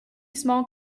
small